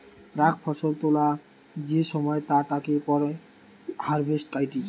প্রাক ফসল তোলা যে সময় তা তাকে পরে হারভেস্ট কইটি